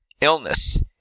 Illness